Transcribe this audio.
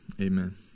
Amen